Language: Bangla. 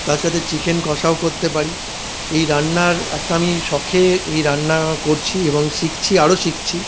তার সাথে চিকেন কষাও করতে পারি এই রান্নার একটা আমি শখে এই রান্না করছি এবং শিখছি আরও শিখছি